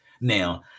Now